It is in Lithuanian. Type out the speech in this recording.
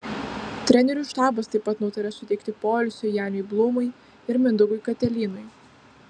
trenerių štabas taip pat nutarė suteikti poilsio janiui blūmui ir mindaugui katelynui